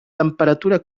temperatura